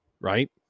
right